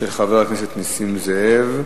של חבר הכנסת נסים זאב: